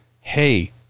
Hey